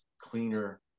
cleaner